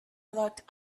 locked